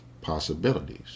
possibilities